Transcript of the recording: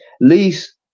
least